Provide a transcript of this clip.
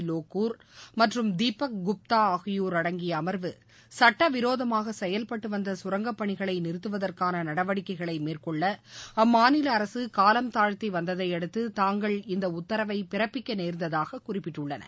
லோகூர் மற்றும் தீபக் குப்தா ஆகியோர் அடங்கிய அமா்வு சுட்டவிரோதமாக செயல்பட்டுவந்த சுரங்கப் பணிகளை நிறுத்துவதற்கான நடவடிக்கைகளை மேற்கொள்ள அம்மாநில அரசு காலந்தாழ்த்தி வந்ததையடுத்து தாங்கள் இந்த உத்தரவை பிறப்பிக்க நேர்ந்ததாக குறிப்பிட்டுள்ளனர்